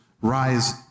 rise